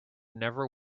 never